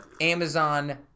Amazon